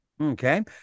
Okay